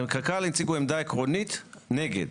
קק"ל הציגו עמדה עקרונית נגד,